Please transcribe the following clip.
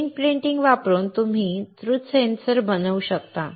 screen printing वापरून तुम्ही द्रुत सेन्सर बनवू शकता